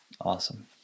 Awesome